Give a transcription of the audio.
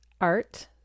art